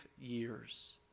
years